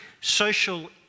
Social